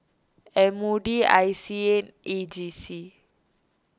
M O D I C A A G C